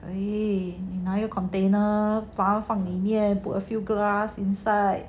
eh 拿一个 container 他发放放里面 put a few grass inside